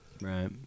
Right